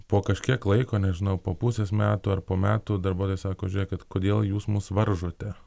po kažkiek laiko nežinau po pusės metų ar po metų darbuotoja sako žiūrėkit kad kodėl jūs mus varžote